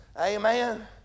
Amen